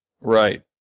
Right